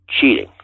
cheating